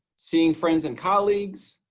seeing friends and colleagues,